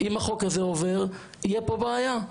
אם החוק הזה עובר תהיה פה בעיה.